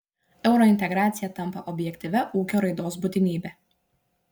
eurointegracija tampa objektyvia ūkio raidos būtinybe